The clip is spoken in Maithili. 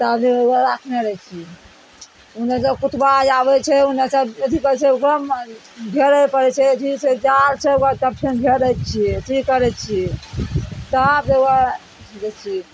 ताबे ओकरा राखने रहय छियै ओन्नेसँ कुतबा आबय छै ओन्नेसँ अथी करय छै ओकरा मारियौ घेरय पड़य छै अथीसँ जालसँ ओकरा सबठन घेरय छियै अथी करय छियै तऽ आब जेबय देखियौ ने